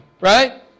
Right